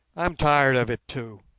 i'm tired of it too,